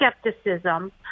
skepticism